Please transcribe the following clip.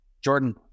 jordan